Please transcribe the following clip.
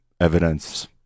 evidence